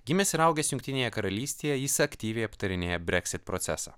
gimęs ir augęs jungtinėje karalystėje jis aktyviai aptarinėja brexit procesą